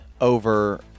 over